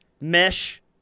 mesh